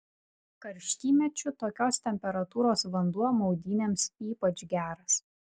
karštymečiu tokios temperatūros vanduo maudynėms ypač geras